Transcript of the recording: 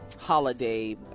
holiday